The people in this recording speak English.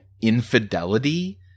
infidelity